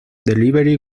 delivery